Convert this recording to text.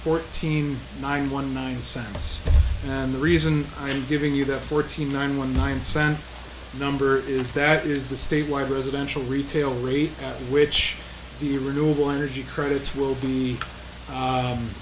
fourteen nine one nine cents and the reason i'm giving you that fourteen nine one nine cent number is that is the state wide berth eventually retail rate which the renewable energy credits will be